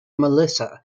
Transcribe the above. melissa